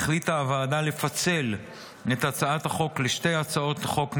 החליטה הוועדה לפצל את הצעת החוק לשתי הצעות חוק נפרדות,